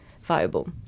viable